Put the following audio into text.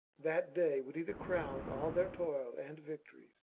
that day would either crown all their toil and victories,